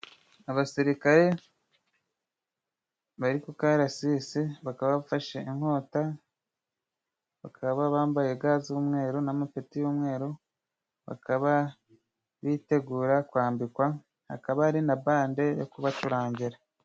Abasirikare bari ku karasisi bakaba bafashe inkota, bakaba bambaye ga z'umweru n' amapeti y'umweru, bakaba bitegura kwambikwa, hakaba hari na bande yo kubacurangira.